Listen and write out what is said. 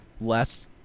less –